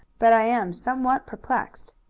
but i am somewhat perplexed.